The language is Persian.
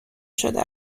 شده